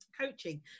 coaching